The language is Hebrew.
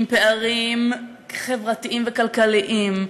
עם פערים חברתיים וכלכליים,